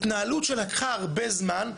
התנהלות שלקחה הרבה זמן.